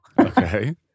Okay